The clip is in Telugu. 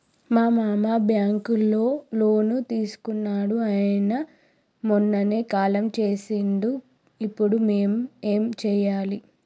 మా మామ బ్యాంక్ లో లోన్ తీసుకున్నడు అయిన మొన్ననే కాలం చేసిండు ఇప్పుడు మేం ఏం చేయాలి?